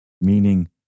meaning